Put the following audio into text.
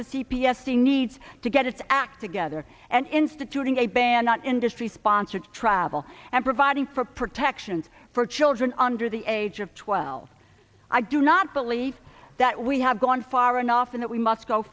the c p s team needs to get its act together and instituting a ban on industry sponsored travel and providing for protections for children under the age of twelve i do not believe that we have gone far enough in that we must go